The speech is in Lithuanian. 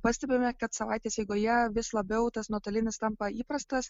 pastebime kad savaitės eigoje vis labiau tas nuotolinis tampa įprastas